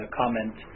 comment